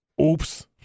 Oops